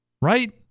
right